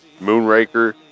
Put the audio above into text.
Moonraker